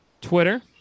Twitter